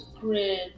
grid